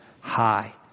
High